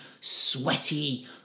sweaty